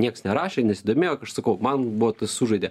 nieks nerašė nesidomėjo kaip aš sakau man buvo sužaidė